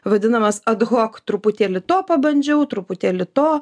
vadinamas ad hoc truputėlį to pabandžiau truputėlį to